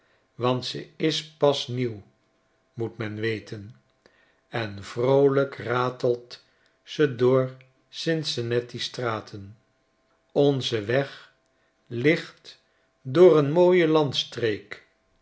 want ze is pas nieuw moet men weten en vroolyk ratelt ze door c i n c i nn a ti's straten onze weg ligt door eene